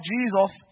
Jesus